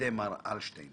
בידי מר אלשטיין.